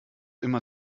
immer